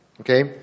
Okay